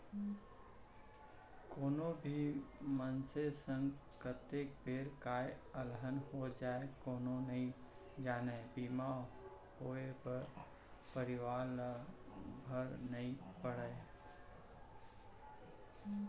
कोनो भी मनसे संग कतका बेर काय अलहन हो जाय कोनो नइ जानय बीमा होवब म परवार ल भार नइ पड़य